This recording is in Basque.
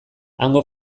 hango